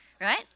right